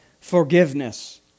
forgiveness